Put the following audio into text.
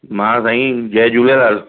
मां साईं जय झूलेलाल